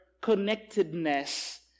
connectedness